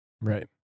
right